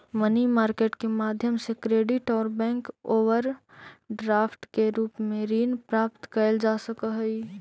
money market के माध्यम से क्रेडिट और बैंक ओवरड्राफ्ट के रूप में ऋण प्राप्त कैल जा सकऽ हई